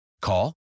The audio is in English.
Call